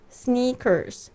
sneakers